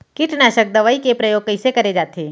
कीटनाशक दवई के प्रयोग कइसे करे जाथे?